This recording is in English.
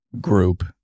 group